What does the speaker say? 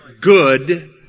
good